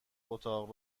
اتاق